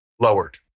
lowered